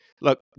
look